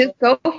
go